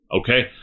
Okay